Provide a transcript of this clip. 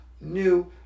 new